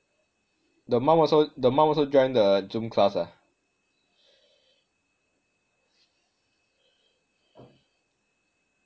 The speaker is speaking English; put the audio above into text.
the mum also the mum also join the zoom class ah